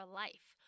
life